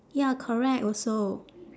ya correct also